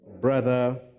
Brother